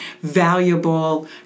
valuable